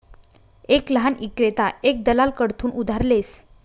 एक लहान ईक्रेता एक दलाल कडथून उधार लेस